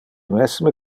mesme